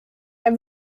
der